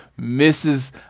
Mrs